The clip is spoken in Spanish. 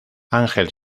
ángel